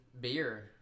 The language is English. Beer